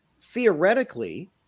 theoretically